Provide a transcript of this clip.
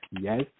yes